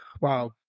Wow